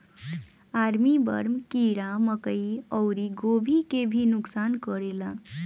army worm कीड़ा मकई अउरी गोभी के भी नुकसान करेला